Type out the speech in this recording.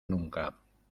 nunca